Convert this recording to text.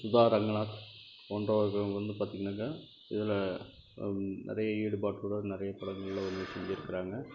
சுதா ரங்கநாத் போன்றவர்கள் வந்து பார்த்திங்கனாக்க இதில் நிறைய ஈடுபாட்டுடன் நிறைய குழந்தைகளை செஞ்சுருக்காங்க